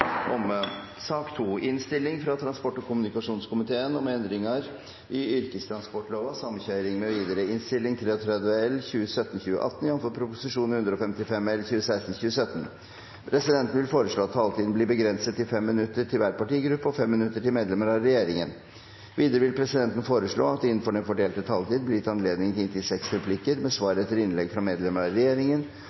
kommunikasjonskomiteen vil presidenten foreslå at taletiden blir begrenset til 5 minutter til hver partigruppe og 5 minutter til medlemmer av regjeringen. Videre vil presidenten foreslå at det – innenfor den fordelte taletid – blir gitt anledning til inntil seks replikker med svar etter innlegg fra medlemmer av regjeringen,